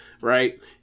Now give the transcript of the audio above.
right